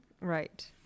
Right